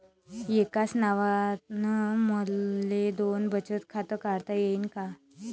एकाच नावानं मले दोन बचत खातं काढता येईन का?